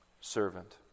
servant